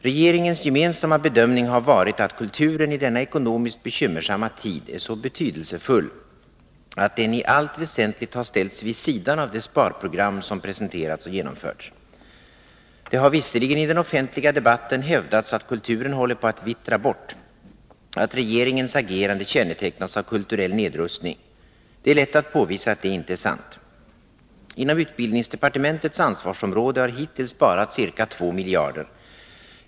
Regeringens gemensamma bedömning har varit att kulturen i denna ekonomiskt bekymmersamma tid är så betydelsefull att den i allt väsentligt har ställts vid sidan av de sparprogram som presenterats och genomförts. Det har visserligen i den offentliga debatten hävdats att kulturen håller på att vittra bort, att regeringens agerande kännetecknas av kulturell nedrustning. Det är lätt att påvisa att det inte är sant. Inom utbildningsdepartementets ansvarsområde har hittills sparats ca 2 miljarder.